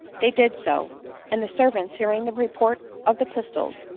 they did so and the servants, hearing the report of the pistols,